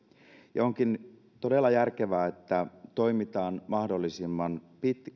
ja onkin todella järkevää että toimitaan mahdollisimman